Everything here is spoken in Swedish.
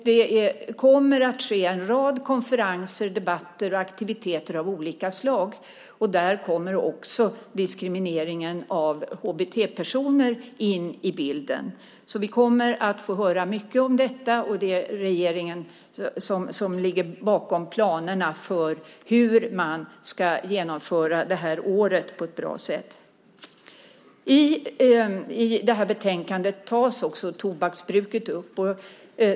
Det kommer att ske en rad konferenser, debatter och aktiviteter av olika slag, och där kommer också diskrimineringen av HBT-personer in i bilden. Vi kommer att få höra mycket om detta, och det är regeringen som ligger bakom planerna för hur man ska genomföra det här året på ett bra sätt. I det här betänkandet tas också tobaksbruket upp.